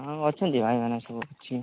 ହଁ ଅଛନ୍ତି ଭାଇମାନେ ସବୁ ଅଛି